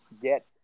get